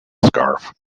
scarf